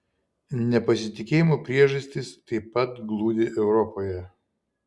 nepasitikėjimo priežastys taip pat glūdi europoje